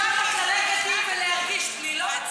לא, לא.